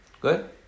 Good